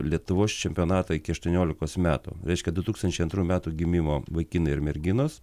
lietuvos čempionatą iki aštuoniolikos metų reiškia du tūkstančiai antrų metų gimimo vaikinai ir merginos